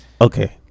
Okay